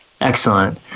Excellent